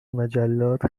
مجلات